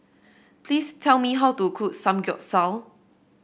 please tell me how to cook Samgyeopsal